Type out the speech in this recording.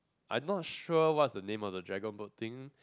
I not sure what's the name of the dragon boat team